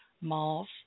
malls